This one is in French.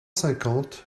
cinquante